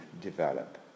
develop